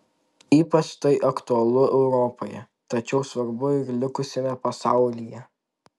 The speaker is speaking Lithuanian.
ypač tai aktualu europoje tačiau svarbu ir likusiame pasaulyje